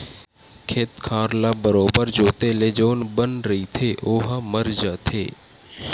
खेत खार ल बरोबर जोंते ले जउन बन रहिथे ओहा मर जाथे